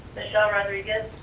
michelle rodriguez,